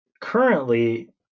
currently